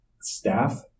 staff